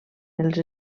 dels